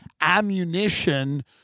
ammunition